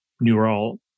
neural